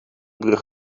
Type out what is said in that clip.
brug